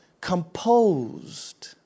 composed